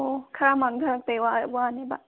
ꯑꯣ ꯈꯔ ꯃꯥꯡꯗꯔꯛꯄꯒꯤ ꯋꯥꯅꯦꯕ